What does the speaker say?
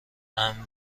امن